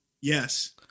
Yes